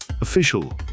official